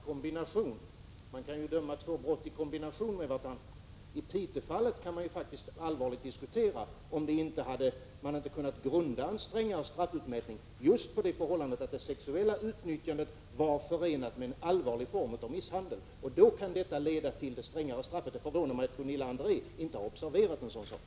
Herr talman! Man kan ju döma två brott i kombination. I Piteåfallet kan vi faktiskt allvarligt diskutera om man inte hade kunnat grunda en strängare straffutmätning just på det förhållandet att det sexuella utnyttjandet var förenat med en allvarlig form av misshandel. Detta kan alltså leda till det strängare straffet. Det förvånar mig att Gunilla André inte har observerat en sådan sak.